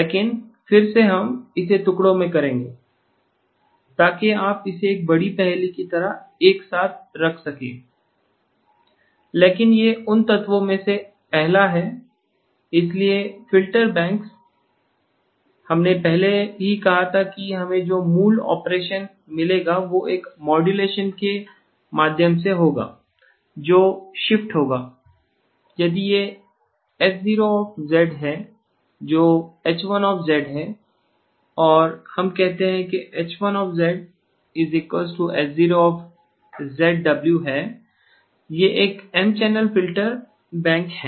लेकिन फिर से हम इसे टुकड़ों में करेंगे ताकि आप इसे एक बड़ी पहेली की तरह एक साथ रख सकें लेकिन यह उन तत्वों में से पहला है इसलिए फ़िल्टर बैंक्स हमने पहले ही कहा था कि हमें जो मूल ऑपरेशन मिलेगा वह एक मॉड्यूलेशन के माध्यम से होगा जो शिफ्ट होगा यदि यह H0 है जो H1 है और हम कहते हैं कि H1 H0 है यह एक M चैनल फिल्टर बैंक है